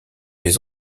les